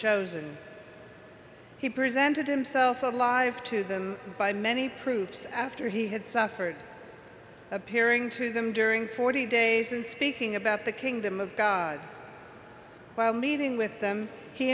chosen he presented himself alive to them by many proofs after he had suffered appearing to them during forty days and speaking about the kingdom of god meeting with them he